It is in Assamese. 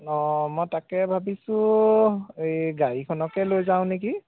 অঁ মই তাকে ভাবিছোঁ এই গাড়ীখনকে লৈ যাওঁ নেকি